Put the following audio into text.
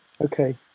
Okay